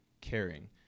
caring